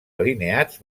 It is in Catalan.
alineats